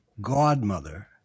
godmother